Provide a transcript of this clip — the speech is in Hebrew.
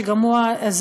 שגם הוא עזר,